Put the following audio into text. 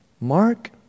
Mark